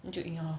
你就赢了 lor